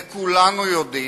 וכולנו יודעים,